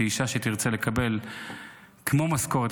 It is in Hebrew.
שאישה שתרצה לקבל כמו משכורת,